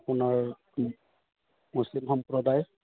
আপোনাৰ মুছলিম সম্প্ৰদায়ৰ